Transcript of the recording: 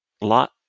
lot